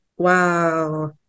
Wow